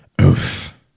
oof